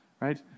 right